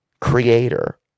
creator